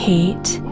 hate